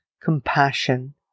compassion